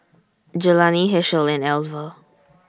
Jelani Hershel and Alver